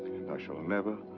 i shall never.